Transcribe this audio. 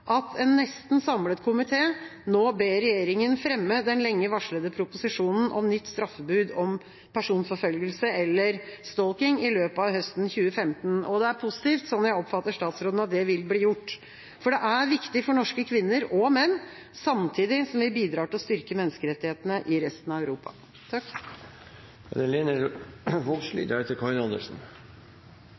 at en nesten samlet komité nå ber regjeringa fremme den lenge varslede proposisjonen om nytt straffebud om personforfølgelse, eller stalking, i løpet av høsten 2015. Det er positivt, sånn jeg oppfatter statsråden, at det vil bli gjort. Det er viktig for norske kvinner – og menn – samtidig som vi bidrar til å styrke menneskerettighetene i resten av Europa. Arbeidarpartiet meiner at forslaget frå SV er